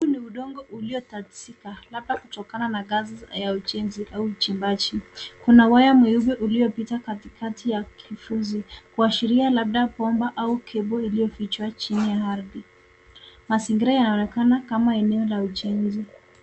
Huu ni udongo uliotatizika labda kutokana na kazi ya ujenzi au uchimbaji. Kuna waya mweupe uliopita katikati ya kifusi kuashiria labda bomba au cable iliyofichwa chini ya ardhi. Mazingira yanaonekana kama eneo la ujenzi.